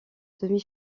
demi